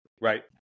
right